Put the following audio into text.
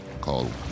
called